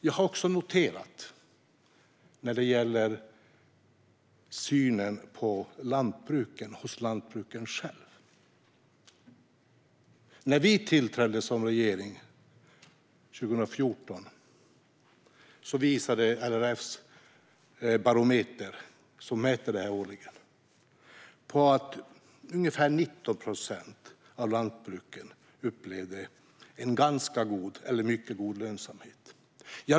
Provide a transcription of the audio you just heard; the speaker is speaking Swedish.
Jag har också noterat en förändring i synen på lantbruket hos lantbrukarna själva. När vi tillträdde som regering visade LRF:s årliga barometer att ungefär 19 procent av lantbruken upplevde ganska god eller mycket god lönsamhet.